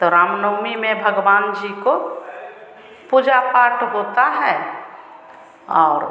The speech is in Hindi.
तो रामनवमी में भगवान जी का पूजा पाठ होता है और